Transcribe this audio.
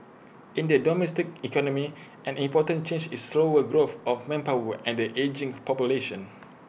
in the domestic economy an important change is slower growth of manpower and the ageing population